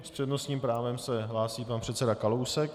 S přednostním právem se hlásí pan předseda Kalousek.